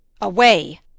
Away